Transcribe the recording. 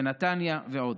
נתניה ועוד.